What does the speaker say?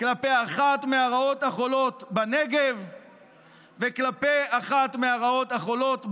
כלפי אחת מהרעות החולות בנגב וכלפי אחת מהרעות החולות בגליל.